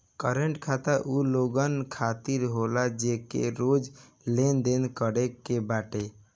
current खाता उ लोगन खातिर होला जेके रोज लेनदेन करे के बाटे